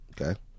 Okay